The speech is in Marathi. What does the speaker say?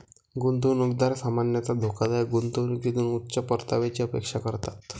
गुंतवणूकदार सामान्यतः धोकादायक गुंतवणुकीतून उच्च परताव्याची अपेक्षा करतात